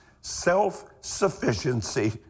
self-sufficiency